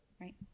Right